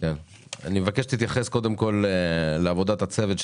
אני מבקש שתתייחס קודם כול לעבודת הצוות,